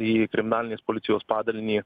į kriminalinės policijos padalinį